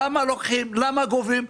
למה לוקחים, למה גובים.